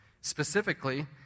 specifically